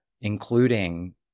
including